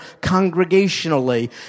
congregationally